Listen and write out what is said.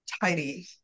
tidy